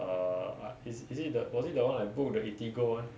err is is it the was it that [one] I book the Eatigo [one]